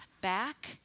back